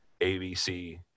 ABC